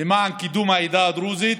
למען קידום העדה הדרוזית,